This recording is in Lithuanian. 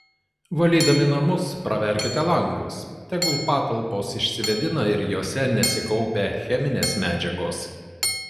valydami namus praverkite langus tegul patalpos išsivėdina ir jose nesikaupia cheminės medžiagos